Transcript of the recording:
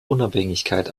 unabhängigkeit